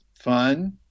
fun